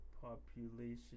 population